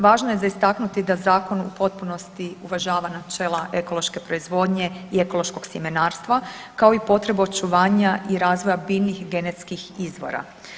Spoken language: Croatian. Važno je za istaknuti da Zakon u potpunosti uvažava načela ekološke proizvodnje i ekološkog sjemenarstva, kao i potrebu očuvanja i razvoja biljnih genetskih izvora.